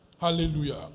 Hallelujah